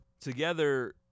Together